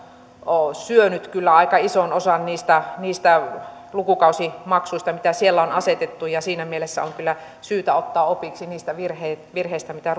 on syönyt kyllä aika ison osan niistä niistä lukukausimaksuista mitä siellä on asetettu ja siinä mielessä on kyllä syytä ottaa opiksi niistä virheistä virheistä mitä